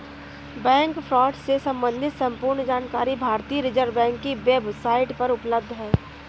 bank fraud से सम्बंधित संपूर्ण जानकारी भारतीय रिज़र्व बैंक की वेब साईट पर उपलब्ध है